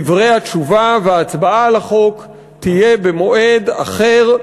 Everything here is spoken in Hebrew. דברי התשובה וההצבעה על החוק יהיו במועד אחר,